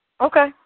Okay